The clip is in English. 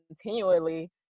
continually